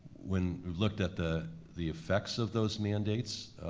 when we looked at the the effects of those mandates,